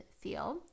feel